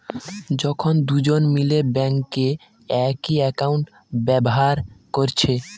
যখন দুজন মিলে বেঙ্কে একই একাউন্ট ব্যাভার কোরছে